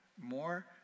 more